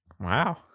Wow